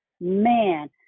Man